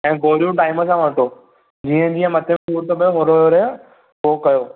ऐं गोरियूं टाइम सां वठो जीअं जीअं मथे सूरु थो पिए होरे होरे उहो कयो